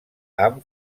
han